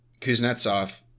Kuznetsov